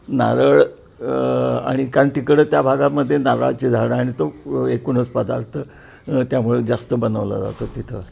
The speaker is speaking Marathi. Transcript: नारळ आणि कारण तिकडं त्या भागामध्ये नारळाची झाडं आणि तो एकूणच पदार्थ त्यामुळे जास्त बनवला जातो तिथं